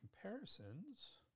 comparisons